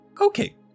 Okay